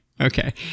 Okay